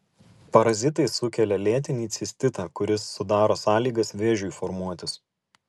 parazitai sukelia lėtinį cistitą kuris sudaro sąlygas vėžiui formuotis